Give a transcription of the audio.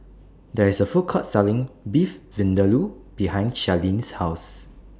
There IS A Food Court Selling Beef Vindaloo behind Charlene's House